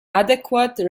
adequate